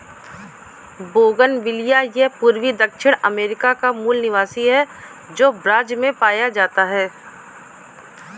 bougainvillea यह पूर्वी दक्षिण अमेरिका का मूल निवासी है, जो ब्राज़ से पाया जाता है